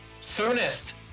soonest